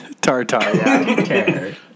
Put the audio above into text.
Tartar